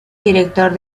director